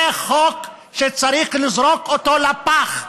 יש גבול לאבסורד, זה חוק שצריך לזרוק אותו לפח,